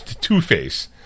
Two-Face